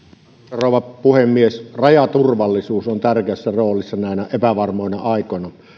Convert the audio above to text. rouva puhemies rajaturvallisuus on tärkeässä roolissa näinä epävarmoina aikoina